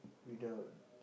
without